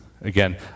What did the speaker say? again